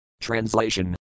Translation